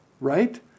right